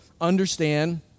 understand